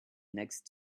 next